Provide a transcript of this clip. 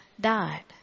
died